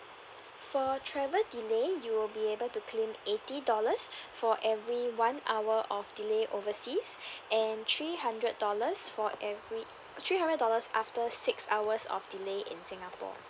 for travel delay you will be able to claim eighty dollars for every one hour of delay overseas and three hundred dollars for every three hundred dollars after six hours of delay in singapore